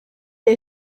est